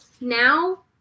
Now